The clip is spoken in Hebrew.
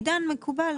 עידן, מקובל.